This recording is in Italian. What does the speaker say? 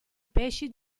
pesci